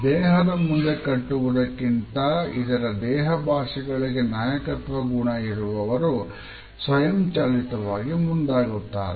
ದೇಹದ ಮುಂದೆ ಕಟ್ಟುವುದಕ್ಕಿಂತ ಇದರ ದೇಹ ಭಾಷೆಗಳಿಗೆ ನಾಯಕತ್ವ ಗುಣವಿರುವವರು ಸ್ವಯಂಚಾಲಿತವಾಗಿ ಮುಂದಾಗುತ್ತಾರೆ